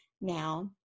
now